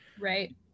Right